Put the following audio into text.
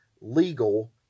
legal